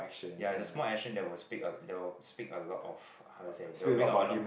ya it's a small action that will speak a that will speak a lot of how to say that will bring out a lot